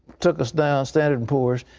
took us down, standard and poor's.